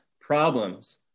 problems